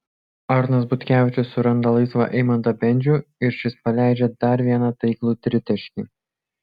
arnas butkevičius suranda laisvą eimantą bendžių ir šis paleidžia dar vieną taiklų tritaškį